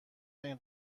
این